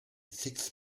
six